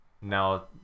now